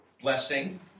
blessing